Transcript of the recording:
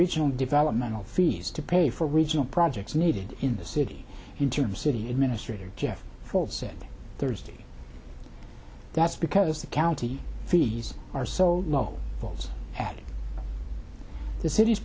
regional developmental fees to pay for regional projects needed in the city interim city administrator jeff ford said thursday that's because the county fees are so low falls had the city's